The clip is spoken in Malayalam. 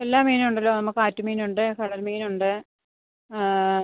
എല്ലാ മീനും ഉണ്ടല്ലോ നമുക്ക് ആറ്റു മീനുണ്ട് കടൽ മീനുണ്ട്